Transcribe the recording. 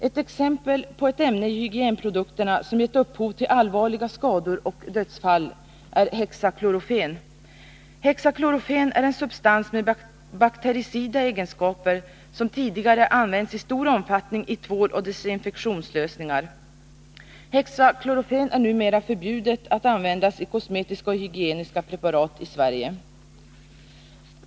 Ett exempel på ett ämne i hygienprodukterna som har givit upphov till allvarliga skador och dödsfall är hexaklorofen. Hexaklorofen är en substans med baktericida egenskaper som tidigare har använts i stor omfattning i tvål och desinfektionslösningar. Det är numera förbjudet att använda hexaklorofen i kosmetiska och hygieniska preparat i Sverige.